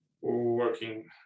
working